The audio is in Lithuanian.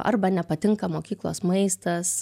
arba nepatinka mokyklos maistas